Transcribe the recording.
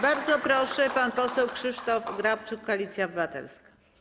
Bardzo proszę, pan poseł Krzysztof Grabczuk, Koalicja Obywatelska.